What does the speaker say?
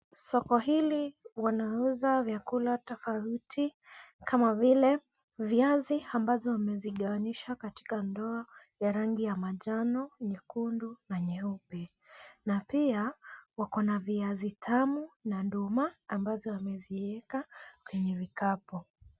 Soko hili wanauza vyakula tofauti kama vile; viazi ambazo wamezigawanisha katika ndoo ya rangi ya manjano, nyekundu na nyeupe. Na pia wako na viazi tamu na ndoma ambazo wameziweka kwenye vikapu.